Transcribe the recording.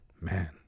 man